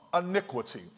iniquity